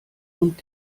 und